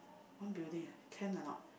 one building can or not